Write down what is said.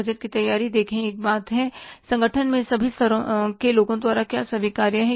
budget की तैयारी देखें एक बात है संगठन में सभी स्तरों के लोगों द्वारा क्या स्वीकार्य है